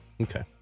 Okay